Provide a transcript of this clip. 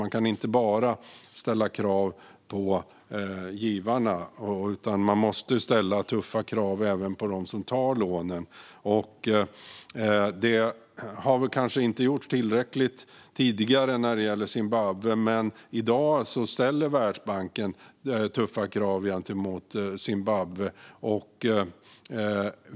Man kan inte bara ställa krav på givarna, utan man måste ställa tuffa krav även på dem som tar lånen. Det har kanske inte gjorts i tillräckligt hög grad tidigare när det gäller Zimbabwe, men i dag ställer Världsbanken tuffa krav på landet.